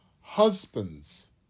Husbands